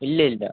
ഇല്ലയില്ല